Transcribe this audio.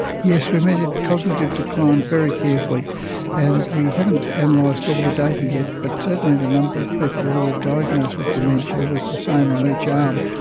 yes, we measured cognitive decline very carefully and we haven't and analysed all the data yet but certainly the number of people who were diagnosed with dementia was the same on each arm.